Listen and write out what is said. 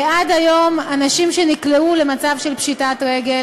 עד היום אנשים שנקלעו למצב של פשיטת רגל